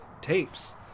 tapes